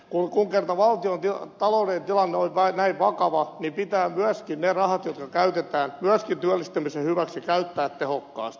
kun kerta valtion taloudellinen tilanne on näin vakava pitää myöskin ne rahat jotka käytetään myöskin työllistämisen hyväksi käyttää tehokkaasti